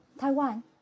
Taiwan